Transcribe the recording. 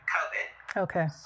okay